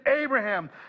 Abraham